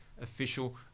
official